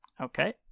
Okay